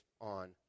on